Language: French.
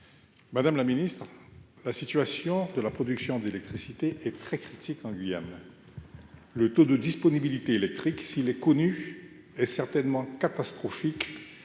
Madame la Ministre, la situation de la production d'électricité et très critique en Guyane, le taux de disponibilité électrique s'il est connu et certainement catastrophique